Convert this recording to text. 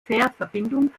fährverbindung